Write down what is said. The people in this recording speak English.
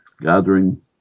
gathering